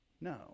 No